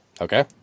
Okay